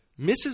Mrs